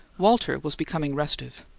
walter was becoming restive.